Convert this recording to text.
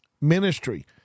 ministry